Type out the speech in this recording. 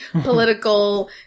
political